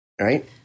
Right